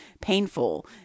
painful